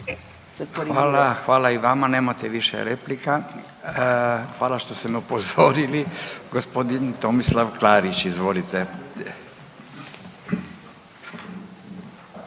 hvala i vama nemate više replika, hvala što ste me upozorili. Gospodin Tomislav Klarić, izvolite.